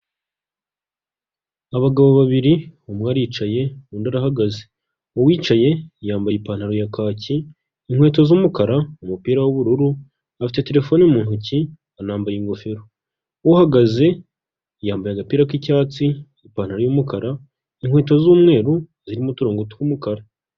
Abagabo babiri umwe aricaye undi arahagaze, uwicaye yambaye ipantaro ya kaki, inkweto z'umukara mu umupira w'ubururu afite terefone mu ntoki anambaye ingofero, uhagaze yambaye agapira k'icyatsi, ipantaro y'umukara, inkweto z'umweru zirimo uturongo tw'umukara.